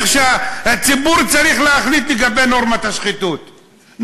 והציבור צריך להחליט לגבי נורמת השחיתות,